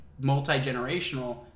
multi-generational